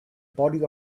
body